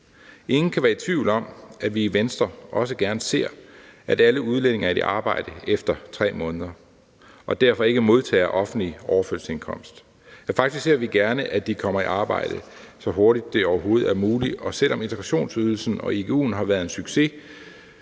Ingen kan være i tvivl om, at vi i Venstre også gerne ser, at alle udlændinge er i arbejde efter 3 måneder og derfor ikke modtager offentlig overførselsindkomst. Ja, faktisk ser vi gerne, at de kommer i arbejde, så hurtigt det overhovedet er muligt. Selv om integrationsydelsen og igu'en har været en succes,